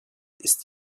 ist